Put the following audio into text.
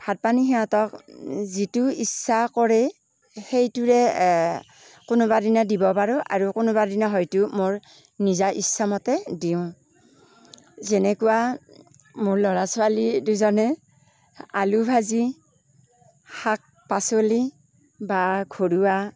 ভাত পানী সিহঁতক যিটো ইচ্ছা কৰে সেইটোৰে কোনোবা দিনা দিব পাৰোঁ আৰু কোনোবা দিনা হয়তো মোৰ নিজা ইচ্ছা মতে দিওঁ যেনেকুৱা মোৰ ল'ৰা ছোৱালী দুজনে আলু ভাজি শাক পাচলি বা ঘৰুৱা